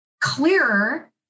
clearer